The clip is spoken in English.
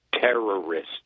terrorists